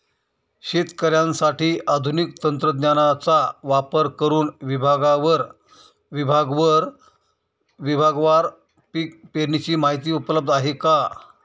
शेतकऱ्यांसाठी आधुनिक तंत्रज्ञानाचा वापर करुन विभागवार पीक पेरणीची माहिती उपलब्ध आहे का?